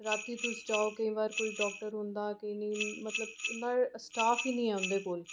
राती तुस जाओ केईं बार कोई डाक्टर होंदा केईं मतलब इन्ना स्टाफ ई नेईं ऐ उं'दे कोल